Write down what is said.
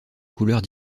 couleurs